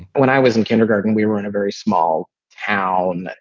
when i was in kindergarten, we were in a very small town.